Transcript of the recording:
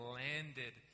landed